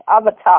avatar